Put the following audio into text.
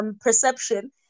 perception